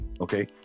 okay